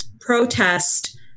protest